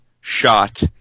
shot